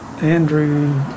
Andrew